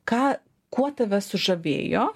ką kuo tave sužavėjo